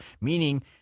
Meaning